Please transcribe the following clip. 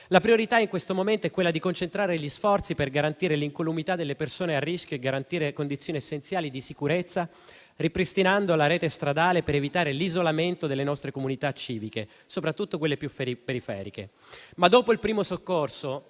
La priorità in questo momento è quella di concentrare gli sforzi per garantire l'incolumità delle persone a rischio e garantire le condizioni essenziali di sicurezza, ripristinando la rete stradale, per evitare l'isolamento delle nostre comunità civiche, soprattutto quelle più periferiche. Dopo però il primo soccorso,